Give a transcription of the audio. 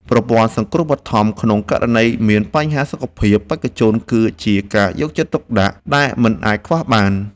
ប្រព័ន្ធសង្គ្រោះបឋមក្នុងករណីមានបញ្ហាសុខភាពបេក្ខជនគឺជាការយកចិត្តទុកដាក់ដែលមិនអាចខ្វះបាន។